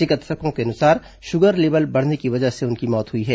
चिकित्सकों के अनुसार शुगर लेबल बढ़ने की वजह से उनकी मौत हुई है